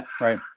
Right